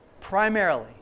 primarily